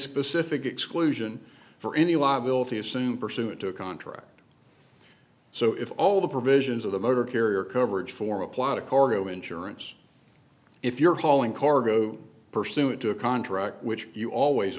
specific exclusion for any liability as soon pursuant to a contract so if all the provisions of the motor carrier coverage for a plot of cargo insurance if you're hauling cargo pursuant to a contract which you always